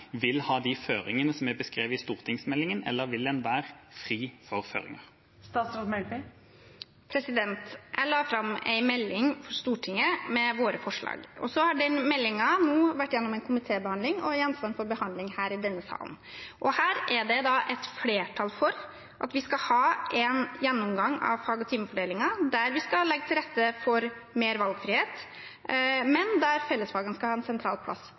vil ha de føringene som er beskrevet i stortingsmeldinga, eller vil den være fri for føringer? Jeg la fram en melding for Stortinget med våre forslag. Nå har den meldingen vært gjennom en komitébehandling og er gjenstand for behandling i denne salen. Her er det et flertall for at vi skal ha en gjennomgang av fag- og timefordelingen, der vi skal legge til rette for mer valgfrihet, men der fellesfagene skal ha en sentral plass.